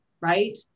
Right